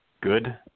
good